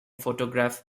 photograph